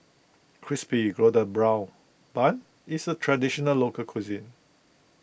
Crispy Golden Brown Bun is a Traditional Local Cuisine